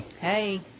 Hey